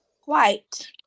White